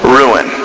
ruin